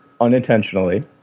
unintentionally